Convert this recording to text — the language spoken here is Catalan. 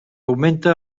augmenta